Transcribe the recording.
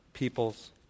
people's